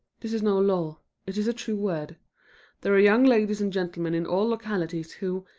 this is no lure it is a true word there are young ladies and gentlemen in all localities who,